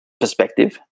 perspective